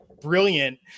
brilliant